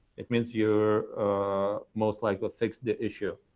it means you most likely fixed the issue.